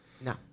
No